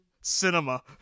Cinema